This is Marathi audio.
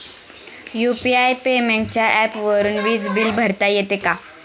यु.पी.आय पेमेंटच्या ऍपवरुन वीज बिल भरता येते का?